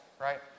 right